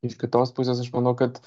iš kitos pusės aš manau kad